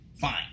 Fine